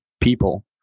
people